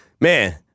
man